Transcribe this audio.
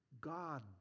god